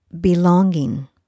belonging